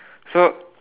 so